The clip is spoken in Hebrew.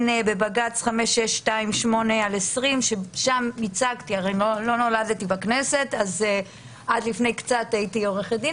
שניתן בבג"ץ 5628/20 שם ייצגתי עד לפני כניסתי לכניסת הייתי עורכת דין